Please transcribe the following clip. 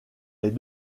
est